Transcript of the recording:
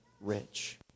rich